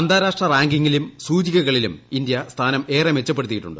അന്താരാഷ്ട്ര റാങ്കിംഗിലും സൂചികകളിലും ഇന്ത്യ സ്ഥാനം ഏറെ മെച്ചപ്പെടുത്തിയിട്ടുണ്ട്